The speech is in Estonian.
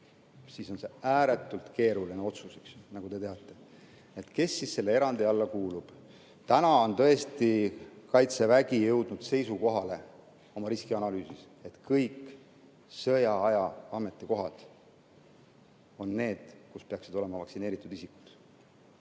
siis on see ääretult keeruline otsus, nagu te teate. Kes siis selle erandi alla kuulub? Täna on tõesti Kaitsevägi jõudnud oma riskianalüüsis seisukohale, et kõik sõjaaja ametikohad on need, kus peaksid olema vaktsineeritud isikud.